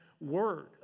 word